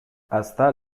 hasta